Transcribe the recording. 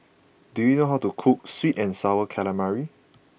do you know how to cook Sweet and Sour Calamari